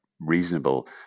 reasonable